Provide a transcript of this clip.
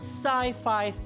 Sci-Fi